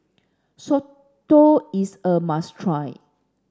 Soto is a must try